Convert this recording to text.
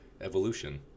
Evolution